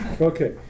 Okay